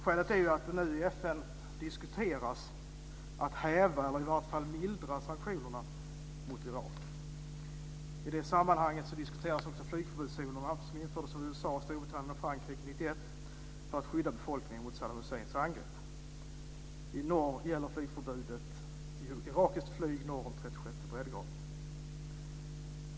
Skälet är att man nu i FN diskuterar att häva eller i varje fall mildra sanktionerna mot Irak. I det sammanhanget diskuteras också flygförbudszonerna, som infördes av USA, Storbritannien och Frankrike 1991 för att skydda befolkningen mot Saddam Husseins angrepp. I norr gäller flygförbudet irakiskt flyg norr om den 36:e breddgraden.